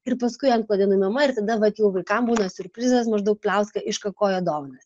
ir paskui antklodė nuimama ir tada vat jau vaikam būna siurprizas maždaug pliauska iškakojo dovanas